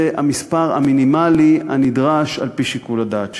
זה המספר המינימלי הנדרש על-פי שיקול הדעת שלנו.